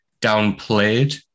downplayed